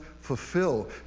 fulfill